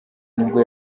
nibwo